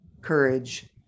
courage